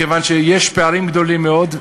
כיוון שיש פערים גדולים מאוד,